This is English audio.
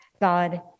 God